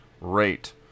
rate